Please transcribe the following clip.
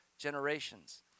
generations